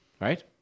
right